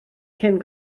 cyn